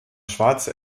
schwarze